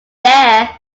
there